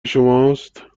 شماست